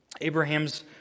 Abraham's